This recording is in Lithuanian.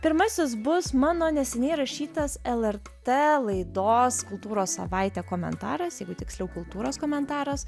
pirmasis bus mano neseniai rašytas lrt laidos kultūros savaitė komentaras jeigu tiksliau kultūros komentaras